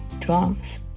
drums